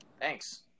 thanks